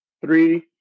Three